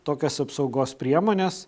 tokias apsaugos priemones